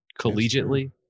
collegiately